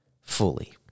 fully